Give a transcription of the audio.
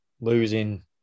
losing